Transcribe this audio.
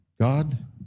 God